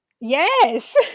Yes